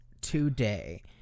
today